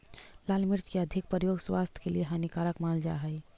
लाल मिर्च के अधिक प्रयोग स्वास्थ्य के लिए हानिकारक मानल जा हइ